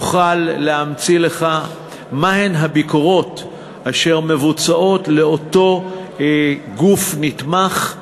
אוכל להמציא לך מה הן הביקורות אשר מבוצעות לאותו גוף נתמך,